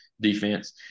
defense